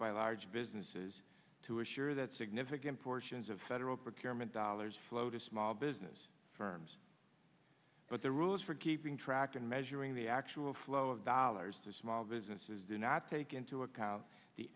by large businesses to assure that significant portions of federal procurement dollars flow to small business firms but the rules for keeping track and measuring the actual flow of dollars to small businesses do not take into account the